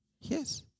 Yes